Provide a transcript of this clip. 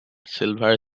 silver